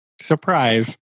surprise